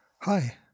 Hi